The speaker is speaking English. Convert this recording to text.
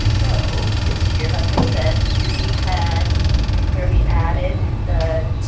so this year, like i said, we had where we added the